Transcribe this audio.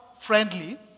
friendly